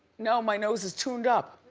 no, my nose is tuned up.